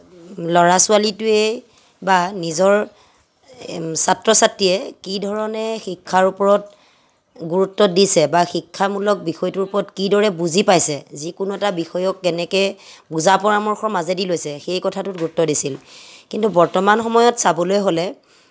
ল'ৰা ছোৱালীটোয়েই বা নিজৰ এই ছাত্ৰ ছাত্ৰীয়ে কি ধৰণে শিক্ষাৰ ওপৰত গুৰুত্ব দিছে বা শিক্ষামূলক বিষয়টোৰ ওপৰত কি দৰে বুজি পাইছে যিকোনো এটা বিষয়ক কেনেকৈ বুজা পৰামৰ্ৰশৰ মাজেদি লৈছে সেই কথাটোত গুৰুত্ব দিছিল কিন্তু বৰ্তমান সময়ত চাবলৈ হ'লে